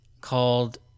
called